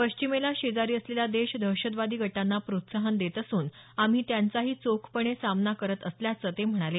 पश्चिमेला शेजारी असलेला देश दहशतवादी गटांना प्रोत्साहन देत असून आम्ही त्यांचाही चोखपणे सामना करत असल्याचं ते म्हणाले